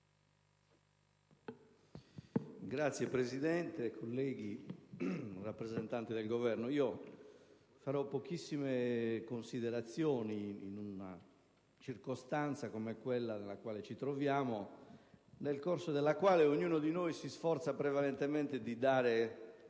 Signora Presidente, colleghi, rappresentante del Governo, svolgerò pochissime considerazioni in una circostanza, come quella nella quale ci troviamo, in cui ognuno di noi si sforza prevalentemente di dare